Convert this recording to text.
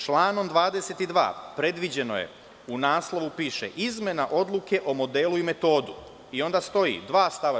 Članom 22. predviđeno je, u naslovu piše – izmena odluke o modelu i metodu i onda stoje dva stava.